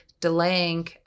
delaying